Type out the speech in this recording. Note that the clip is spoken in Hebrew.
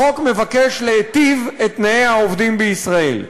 החוק מבקש להיטיב את תנאי העובדים בישראל.